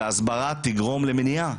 וההסברה תגרום למניעה.